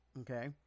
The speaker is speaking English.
okay